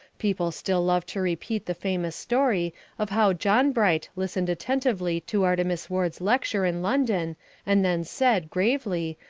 people still love to repeat the famous story of how john bright listened attentively to artemus ward's lecture in london and then said, gravely,